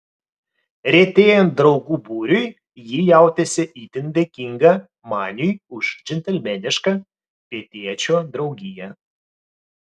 retėjant draugų būriui ji jautėsi itin dėkinga maniui už džentelmenišką pietiečio draugiją